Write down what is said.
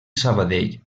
sabadell